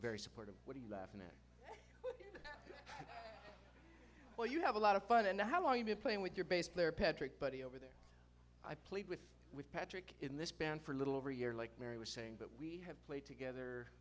very supportive what are you laughing at well you have a lot of fun and how are you playing with your bass player patrick buddy over there i played with with patrick in this band for a little over a year like mary was saying but we played together